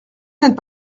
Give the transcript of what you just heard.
n’êtes